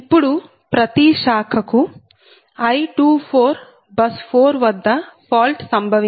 ఇప్పుడు ప్రతి శాఖకు I24 బస్ 4 వద్ద ఫాల్ట్ సంభవించింది